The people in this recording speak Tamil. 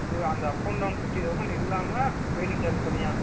இது அந்த up and down fifty thousand இல்லாமல் வெயிட்டிங் சார்ஜ் தனியாக